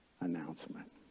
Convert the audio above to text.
announcement